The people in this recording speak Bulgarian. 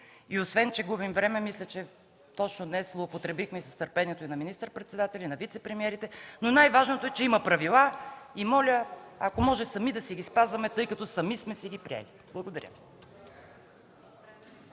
и освен че губим време, мисля, че повсеместно злоупотребихме и с търпението на министър-председателя, и на вицепремиерите. Но най-важното е, че има правила и моля ако може сами да си ги спазваме, тъй като сами сме си ги приели. Благодаря.